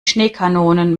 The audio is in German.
schneekanonen